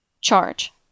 Charge